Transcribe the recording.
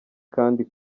kandi